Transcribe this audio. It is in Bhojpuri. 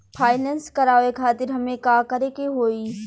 फाइनेंस करावे खातिर हमें का करे के होई?